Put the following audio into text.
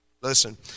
Listen